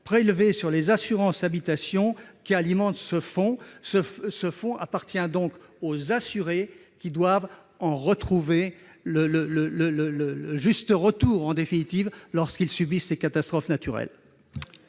prélevés sur les assurances habitation pour alimenter ce fonds. Celui-ci appartient donc aux assurés, qui doivent en avoir le juste retour lorsqu'ils subissent des catastrophes naturelles.